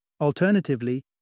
Alternatively